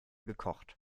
gekocht